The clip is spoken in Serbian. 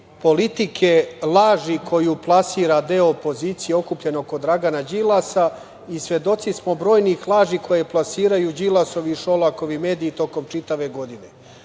politike laži koju plasira deo opozicije, okupljene oko Dragana Đilasa i svedoci smo brojnih laži koje plasiraju Đilasovi i Šolakovi mediji tokom čitave godine.